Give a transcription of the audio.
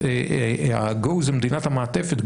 ה- goזה מדינת המעטפת,